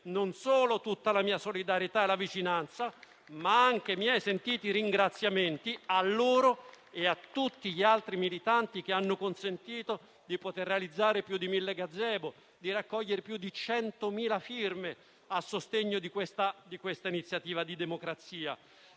non solo tutta la mia solidarietà e vicinanza, ma anche i miei sentiti ringraziamenti a loro e a tutti gli altri militanti che hanno consentito di realizzare più di 1.000 gazebo e di raccogliere più di 100.000 firme a sostegno di questa iniziativa di democrazia.